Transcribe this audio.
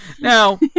now